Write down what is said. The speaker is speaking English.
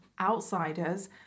outsiders